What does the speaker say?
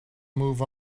move